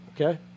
okay